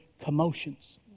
commotions